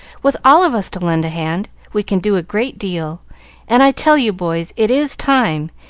with all of us to lend a hand, we can do a great deal and i tell you, boys, it is time,